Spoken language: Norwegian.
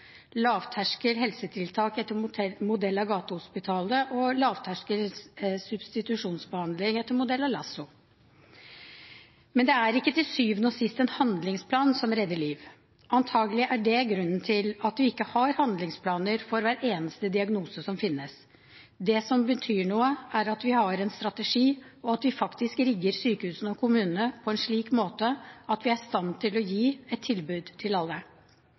lavterskel helsetiltak etter modell av Gatehospitalet og lavterskel substitusjonsbehandling etter modell av LASSO. Men det er ikke til syvende og sist en handlingsplan som redder liv. Antagelig er det grunnen til at vi ikke har handlingsplaner for hver eneste diagnose som finnes. Det som betyr noe, er at vi har en strategi, og at vi faktisk rigger sykehusene og kommunene på en slik måte at vi er i stand til å gi et tilbud til alle.